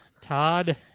Todd